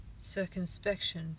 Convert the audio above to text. circumspection